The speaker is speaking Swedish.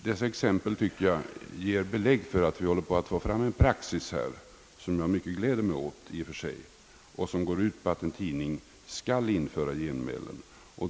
Dessa exempel tycker jag ger belägg för att det håller på att växa fram en praxis på detta område, vilken i och för sig mycket gläder mig och vilken går ut på att en tidning skall införa genmälen.